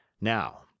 Now